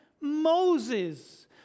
moses